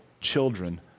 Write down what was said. children